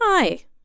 Hi